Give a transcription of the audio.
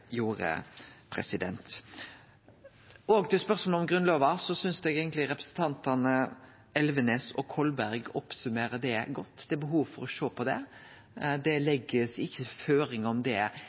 gjorde. Til spørsmålet om Grunnlova: Eg synest eigentleg representantane Elvenes og Kolberg summerer det opp på ein god måte. Det er behov for å sjå på det. Det blir ikkje lagt føringar om det